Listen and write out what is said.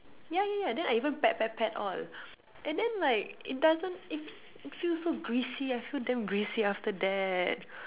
yeah yeah yeah then I even pat pat pat all and then like it doesn't it it feels so greasy I feel damn greasy after that